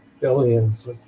billions